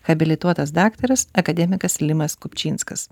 habilituotas daktaras akademikas limas kupčinskas